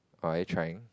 but will you trying